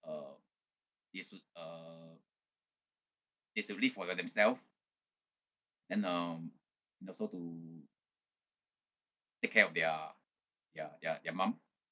uh they should uh they should live for uh themselves and um and also to take care of their their their their mum